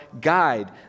guide